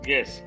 Yes